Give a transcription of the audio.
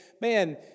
man